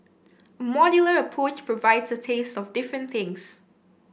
a modular approach provides a taste of different things